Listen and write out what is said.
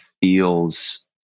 feels